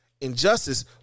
Injustice